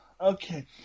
Okay